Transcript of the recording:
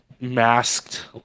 masked